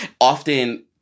often